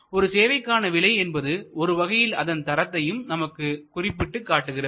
ஒரு சேவைக்கான விலை என்பது ஒரு வகையில் அதன் தரத்தையும் நமக்கு குறிப்பிட்டுக் காட்டுகிறது